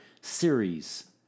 series